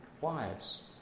wives